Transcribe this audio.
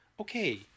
okay